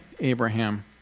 Abraham